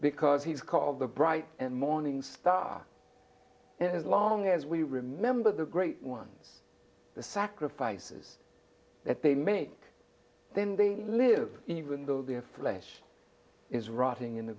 because he's called the bright and morning star and as long as we remember the great ones the sacrifices that they make then they live even though their flesh is rotting in